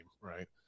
right